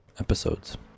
episodes